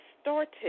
started